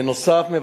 נוסף על כך,